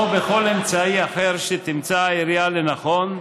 או בכל אמצעי אחר שתמצא העירייה לנכון,